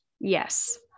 Yes